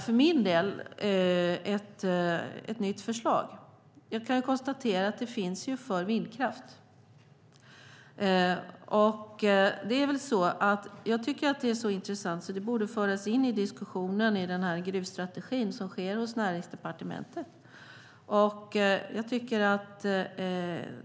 För min del är det ett nytt förslag. Jag kan konstatera att det finns för vindkraft. Det är så intressant att det borde föras in i diskussionen om gruvstrategin hos Näringsdepartementet.